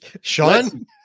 Sean –